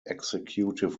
executive